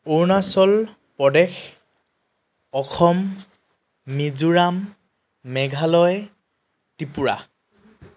Arunachal Pradesh Assam Mizoram Meghalaya Tripura